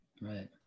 Right